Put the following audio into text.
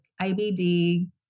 IBD